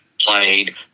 played